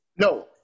No